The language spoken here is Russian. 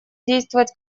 действовать